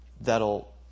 that'll